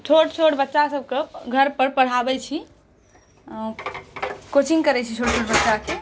छोट छोट बच्चा सब के घर पर पढ़ाबै छी कोचिंग करै छी छोट छोट बच्चाकेँ